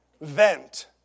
vent